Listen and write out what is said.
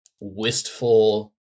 Wistful